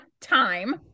time